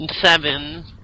Seven